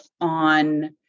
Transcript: on